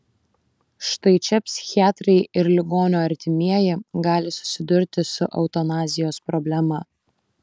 štai čia psichiatrai ir ligonio artimieji gali susidurti su eutanazijos problema